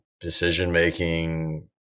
decision-making